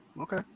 Okay